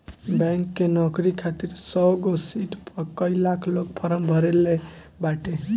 bank के नोकरी खातिर सौगो सिट पअ कई लाख लोग फार्म भरले बाटे